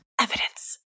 evidence